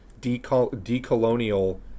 decolonial